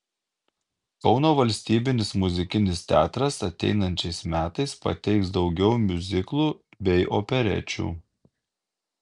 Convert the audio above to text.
kauno valstybinis muzikinis teatras ateinančiais metais pateiks daugiau miuziklų bei operečių